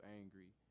angry